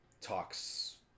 talks